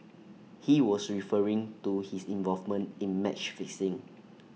he was referring to his involvement in match fixing